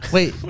Wait